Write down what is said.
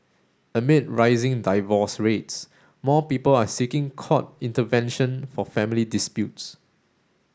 amid rising divorce rates more people are seeking court intervention for family disputes